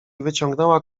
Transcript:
wyciągnęła